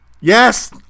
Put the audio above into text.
Yes